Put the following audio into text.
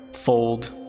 fold